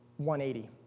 180